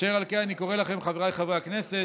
אשר על כן, אני קורא לכם, חבריי חברי הכנסת,